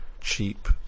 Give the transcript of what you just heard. Cheap